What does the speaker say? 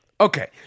Okay